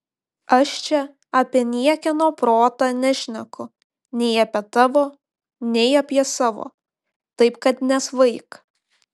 aš čia apie niekieno protą nešneku nei apie tavo nei apie savo taip kad nesvaik